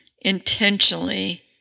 intentionally